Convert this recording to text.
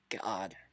god